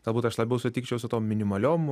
galbūt aš labiau sutikčiau su tom minimaliom